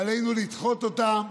ועלינו לדחות אותן.